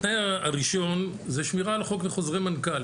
התנאי הראשון זה שמירה על החוק בחוזרי מנכ"ל.